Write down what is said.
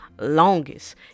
longest